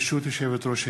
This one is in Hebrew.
ברשות יושבת-ראש הישיבה,